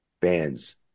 fans